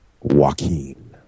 Joaquin